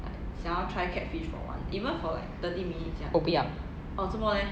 我不要